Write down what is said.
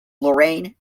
lorraine